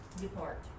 depart